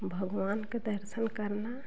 भगवान का दर्शन करना